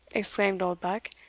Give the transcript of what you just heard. exclaimed oldbuck.